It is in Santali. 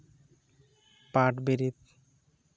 ᱯᱟᱴ ᱵᱤᱨᱤᱫ